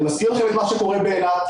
אני מזכיר לכם את מה שקורה באילת,